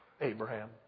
Abraham